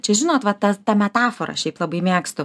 čia žinot va ta tą metaforą šiaip labai mėgstu